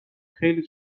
خیلی